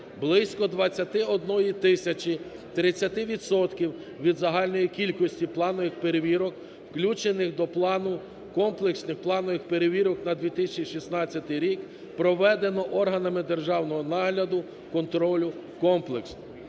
Близько 21 тисячі 30 відсотків від загальної кількості планових перевірок, включених до плану комплексних планових перевірок на 2016 рік, проведено органами державного нагляду, контролю комплексно.